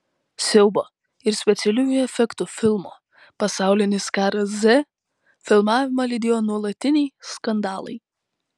siaubo ir specialiųjų efektų filmo pasaulinis karas z filmavimą lydėjo nuolatiniai skandalai